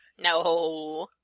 No